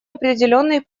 определенный